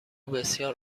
بسیار